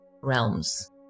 realms